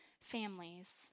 families